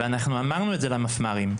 אנחנו אמרנו את זה למפמ"רים,